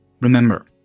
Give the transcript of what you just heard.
Remember